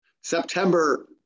September